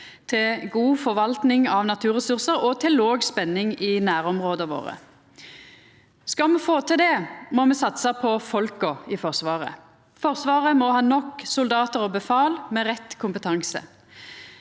til god forvalting av naturresursar og til låg spenning i nærområda våre. Skal me få til det, må me satsa på folka i Forsvaret. Forsvaret må ha nok soldatar og befal, med rett kompe